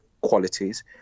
qualities